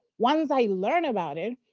once i learned about it,